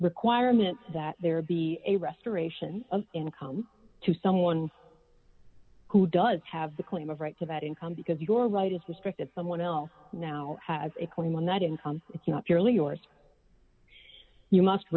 requirement that there be a restoration of income to someone who does have the claim of right to that income because your right is restricted someone else now has a claim on that income it's not